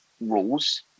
rules